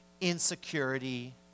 insecurity